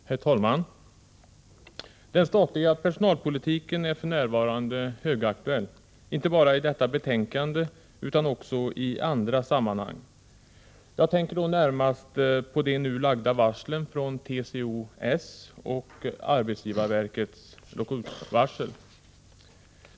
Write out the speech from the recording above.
Herr talman! Den statliga personalpolitiken är för närvarande högaktuell, inte bara i detta betänkande utan också i andra sammanhang. Jag tänker närmast på de nu lagda varslen från TCO-S och arbetsgivarverkets lockoutvarsel.